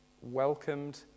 welcomed